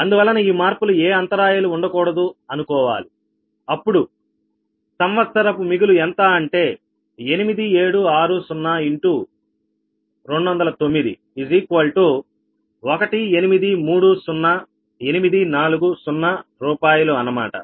అందువలన ఈ మార్పులు ఏ అంతరాయాలు ఉండకూడదు అనుకోవాలి అప్పుడు సంవత్సరపు మిగులు ఎంత అంటే 8760×209 1830840 రూపాయలు అన్నమాట